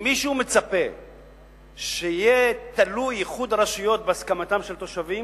אם מישהו מצפה שאיחוד רשויות יהיה תלוי בהסכמתם של תושבים,